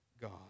God